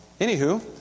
Anywho